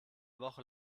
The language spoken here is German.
woche